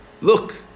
Look